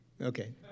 Okay